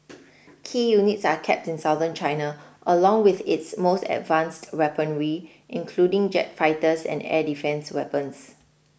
key units are kept in Southern China along with its most advanced weaponry including jet fighters and air defence weapons